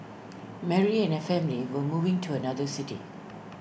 Mary and her family were moving to another city